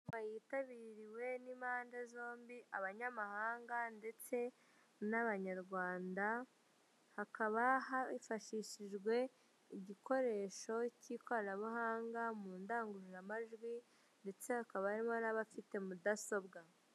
Inama yitabiriwe n'impande zombi abanyamahanga ndetse n'Abanyrwanda, hakaba hifashishijwe igikoresho k'ikoranabuhanga mu ndangururamajwi ,ndetse hakaba harimo n'abafite mudasobwa.